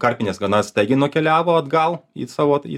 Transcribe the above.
karpinės gana staigiai nukeliavo atgal į savo į